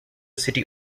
city